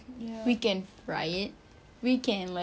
we can fry it we can like